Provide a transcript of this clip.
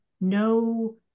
no